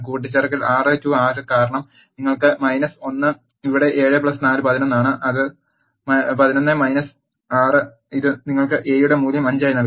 കൂട്ടിച്ചേർക്കൽ 6 6 കാരണം നിങ്ങൾക്ക് 1 ഇവിടെ 7 4 11 ആണ് 11 6 ഇത് നിങ്ങൾക്ക് A യുടെ മൂല്യം 5 ആയി നൽകുന്നു